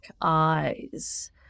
eyes